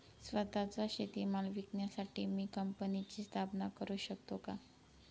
स्वत:चा शेतीमाल विकण्यासाठी मी कंपनीची स्थापना करु शकतो का?